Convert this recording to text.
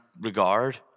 regard